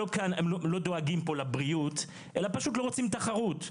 הם לא דואגים פה לבריאות אלא פשוט לא רוצים תחרות.